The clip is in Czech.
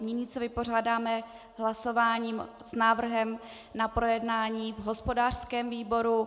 Nyní se vypořádáme hlasováním s návrhem na projednání v hospodářském výboru.